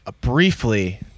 briefly